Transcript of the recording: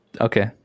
Okay